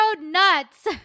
nuts